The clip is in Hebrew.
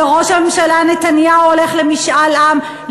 וראש הממשלה נתניהו הולך למשאל עם,